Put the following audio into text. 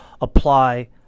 apply